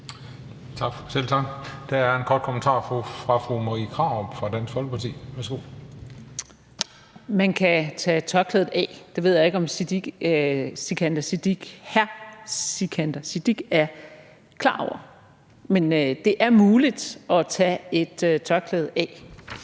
Selv tak. Der er en kort bemærkning fra fru Marie Krarup fra Dansk Folkeparti. Værsgo. Kl. 21:03 Marie Krarup (DF): Man kan tage tørklædet af. Det ved jeg ikke om hr. Sikandar Siddique er klar over. Men det er muligt at tage et tørklæde af,